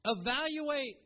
Evaluate